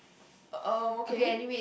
erm okay